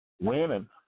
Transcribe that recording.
winning